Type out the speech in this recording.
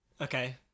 okay